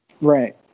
Right